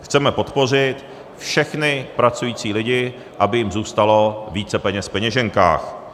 Chceme podpořit všechny pracující lidi, aby jim zůstalo více peněz v peněženkách.